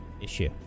issue